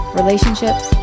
relationships